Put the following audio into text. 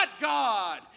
God